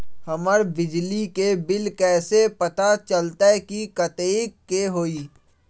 हमर बिजली के बिल कैसे पता चलतै की कतेइक के होई?